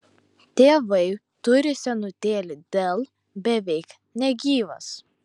tėvai turi senutėlį dell beveik negyvas